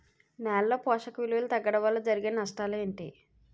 నేలలో పోషక విలువలు తగ్గడం వల్ల జరిగే నష్టాలేంటి?